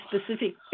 specific